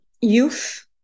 youth